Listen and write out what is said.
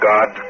God